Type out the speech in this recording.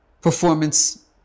performance